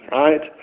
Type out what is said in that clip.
right